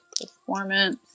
Performance